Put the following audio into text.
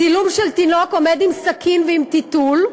צילום של תינוק עומד עם סכין ועם טיטול,